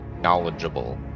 knowledgeable